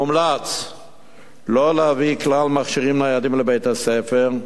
"מומלץ לא להביא כלל מכשירים ניידים לבית-הספר,